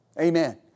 Amen